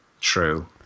True